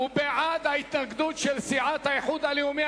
הוא בעד ההתנגדות של סיעת האיחוד הלאומי.